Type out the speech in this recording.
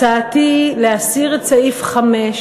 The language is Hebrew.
הצעתי להסיר את סעיף 5,